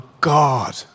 God